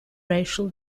racial